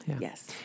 Yes